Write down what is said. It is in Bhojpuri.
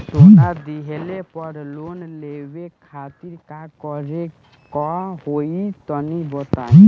सोना दिहले पर लोन लेवे खातिर का करे क होई तनि बताई?